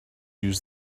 use